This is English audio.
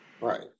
Right